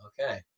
Okay